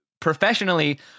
professionally